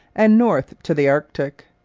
and north to the arctic.